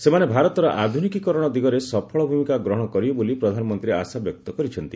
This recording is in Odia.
ସେମାନେ ଭାରତର ଆଧୁନିକୀକରଣ ଦିଗରେ ସଫଳ ଭୂମିକା ଗ୍ରହଣ କରିବେ ବୋଲି ପ୍ରଧାନମନ୍ତ୍ରୀ ଆଶାବ୍ୟକ୍ତ କରିଛନ୍ତି